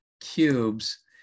cubes